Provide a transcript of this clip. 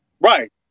Right